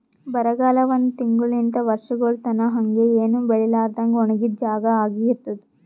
ಬರಗಾಲ ಒಂದ್ ತಿಂಗುಳಲಿಂತ್ ವರ್ಷಗೊಳ್ ತನಾ ಹಂಗೆ ಏನು ಬೆಳಿಲಾರದಂಗ್ ಒಣಗಿದ್ ಜಾಗಾ ಆಗಿ ಇರ್ತುದ್